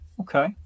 okay